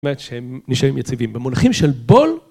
זאת אומרת שהם נשארים יציבים במונחים של בול.